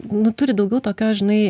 nu turi daugiau tokio žinai